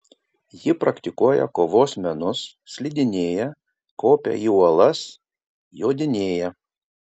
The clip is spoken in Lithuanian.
ji praktikuoja kovos menus slidinėja kopia į uolas jodinėja